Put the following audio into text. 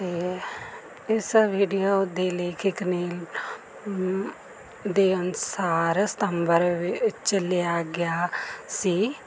ਅਤੇ ਇਸ ਵੀਡੀਓ ਦੇ ਲੇਖਕ ਨੇ ਦੇ ਅਨੁਸਾਰ ਸਤੰਬਰ ਵਿੱਚ ਲਿਆ ਗਿਆ ਸੀ